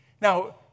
Now